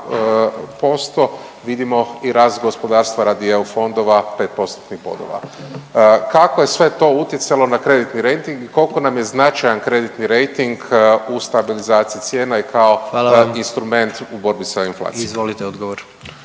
2,2% vidimo i rast gospodarstva radi EU fondova 5 postotnih bodova. Kako je sve to utjecalo na kreditni rejting i koliko nam je značajan kreditni rejting u stabilizaciji cijena i kao …/Upadica: Hvala vam./… instrument u borbi sa inflacijom. **Jandroković,